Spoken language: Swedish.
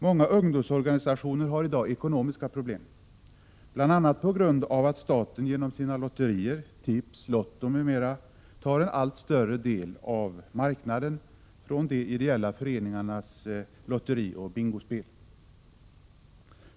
Många ungdomsorganisationer har i dag ekonomiska problem, bl.a. på grund av att staten genom sina lotterier och genom tips, lotto m.m. tar en allt större del av denna marknad från de ideella föreningarna.